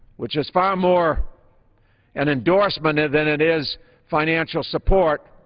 which is far more an endorsement than it is financial support,